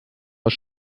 aus